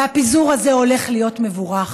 והפיזור הזה הולך להיות מבורך.